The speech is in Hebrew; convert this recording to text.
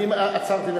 אני עצרתי,